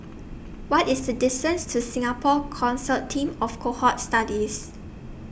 What IS The distance to Singapore Consortium of Cohort Studies